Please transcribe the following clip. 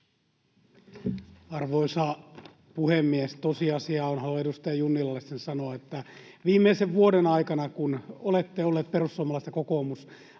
Arvoisa puhemies! Tosiasia on — haluan edustaja Junnilalle sen sanoa — että viimeisen vuoden aikana, kun olette olleet, perussuomalaiset ja kokoomus,